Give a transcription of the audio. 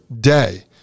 day